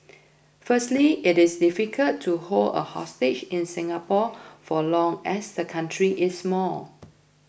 firstly it is difficult to hold a hostage in Singapore for long as the country is small